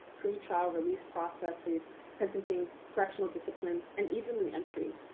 pre-trial release processes, sentencing, correctional discipline, and even re-entry.